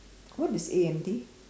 what is A_M_D